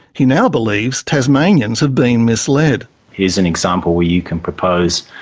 he now believes tasmanians have been misled. here is an example where you can propose